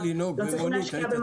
לא צריכים להשקיע בתשתיות,